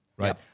Right